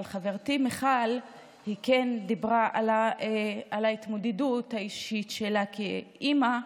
אבל חברתי מיכל כן דיברה על ההתמודדות האישית שלה כאימא,